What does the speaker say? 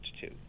two